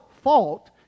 fault